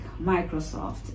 Microsoft